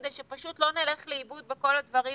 כדי שפשוט לא נלך לאיבוד בכל הדברים.